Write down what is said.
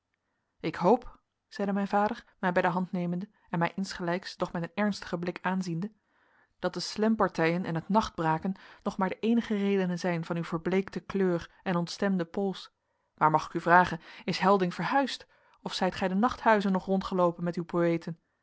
ik hoop zeide mijn vader mij bij de hand nemende en mij insgelijks doch met een ernstigen blik aanziende dat de slemppartijen en het nachtbraken nog maar de eenige redenen zijn van uw verbleekte kleur en ontstemde pols maar mag ik u vragen is helding verhuisd of zijt gij de nachthuizen nog rondgeloopen met uw